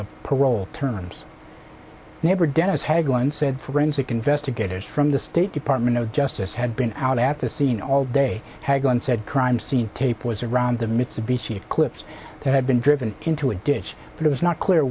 of parole terms never dennis had once said forensic investigators from the state department of justice had been out after seeing all day had gone said crime scene tape was around the mitsubishi eclipse that had been driven into a ditch but it was not clear